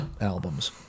albums